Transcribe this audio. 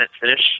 finish